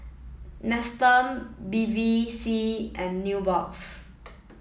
Nestum Bevy C and Nubox